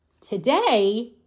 Today